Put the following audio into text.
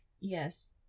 Yes